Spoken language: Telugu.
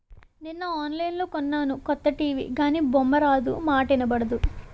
నిన్న ఆన్లైన్లో కొన్నాను కొత్త టీ.వి గానీ బొమ్మారాదు, మాటా ఇనబడదు